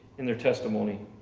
in their testimony